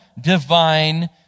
divine